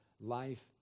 life